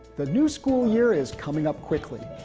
the new school year is coming up quickly.